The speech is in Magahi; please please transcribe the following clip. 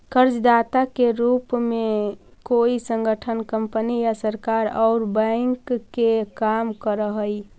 कर्जदाता के रूप में कोई संगठन कंपनी या सरकार औउर बैंक के काम करऽ हई